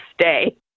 stay